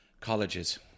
colleges